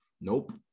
nope